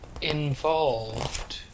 Involved